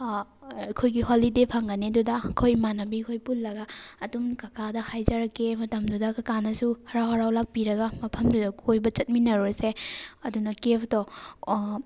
ꯑꯩꯈꯣꯏꯒꯤ ꯍꯣꯂꯤꯗꯦ ꯐꯪꯒꯅꯤ ꯑꯗꯨꯗ ꯑꯩꯈꯣꯏ ꯏꯃꯥꯟꯅꯕꯤꯍꯣꯏ ꯄꯨꯜꯂꯒ ꯑꯗꯨꯝ ꯀꯀꯥꯗ ꯍꯥꯏꯖꯔꯛꯀꯦ ꯃꯇꯝꯗꯨꯗ ꯀꯀꯥꯅꯁꯨ ꯍꯔꯥꯎ ꯍꯔꯥꯎ ꯂꯥꯛꯄꯤꯔꯒ ꯃꯐꯝꯗꯨꯗ ꯀꯣꯏꯕ ꯆꯠꯃꯤꯟꯅꯔꯨꯔꯁꯦ ꯑꯗꯨꯅ ꯀꯦꯞꯇꯣ